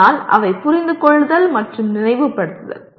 ஆனால் அவை புரிந்துகொள்ளுதல் மற்றும் நினைவுபடுத்துதல்